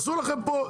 תעשו לכם פה ,